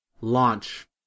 launch